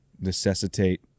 necessitate